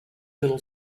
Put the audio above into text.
little